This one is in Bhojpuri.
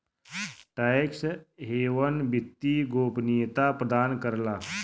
टैक्स हेवन वित्तीय गोपनीयता प्रदान करला